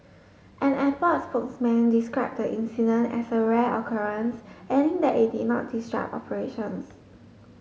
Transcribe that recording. an airport spokesman described incident as a rare occurrence adding that it did not disrupt operations